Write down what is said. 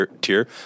tier